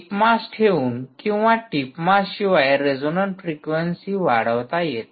टीप mass ठेऊन किंवा tip mass शिवाय रेझोनन्ट फ्रिक्वेंसी वाढवता येते